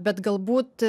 bet galbūt